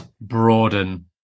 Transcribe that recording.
broaden